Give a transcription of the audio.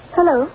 Hello